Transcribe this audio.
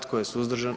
Tko je suzdržan?